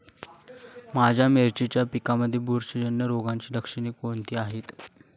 माझ्या मिरचीच्या पिकांमध्ये बुरशीजन्य रोगाची लक्षणे कोणती आहेत?